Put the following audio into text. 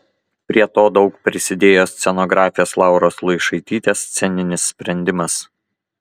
prie to daug prisidėjo scenografės lauros luišaitytės sceninis sprendimas